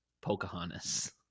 Pocahontas